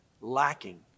lacking